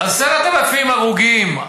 10,000 הרוגים,